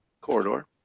corridor